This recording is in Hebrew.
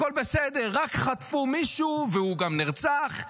הכול בסדר, רק חטפו מישהו והוא גם נרצח.